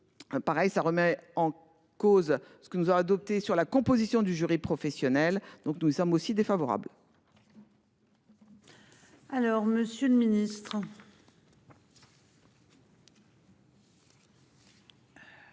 Pareil, ça remet en cause ce qui nous a adopté sur la composition du jury professionnel. Donc nous sommes aussi défavorable.